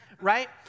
Right